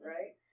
Right